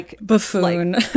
buffoon